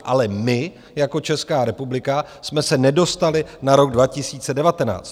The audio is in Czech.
Ale my jako Česká republika jsme se nedostali na rok 2019.